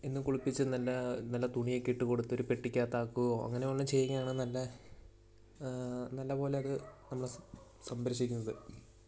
എന്നും കുളിപ്പിച്ച് നല്ല നല്ല തുണിയൊക്കെ ഇട്ടുകൊടുത്ത് ഒരു പെട്ടിക്കകത്താക്കോ അങ്ങനെയൊന്ന് ചെയ്യുകയാണ് നല്ല നല്ല പോലെ അതു നമ്മൾ സംരക്ഷിക്കുന്നത്